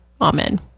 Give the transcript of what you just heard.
Amen